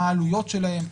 מה העלויות שלהן.